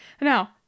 Now